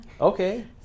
Okay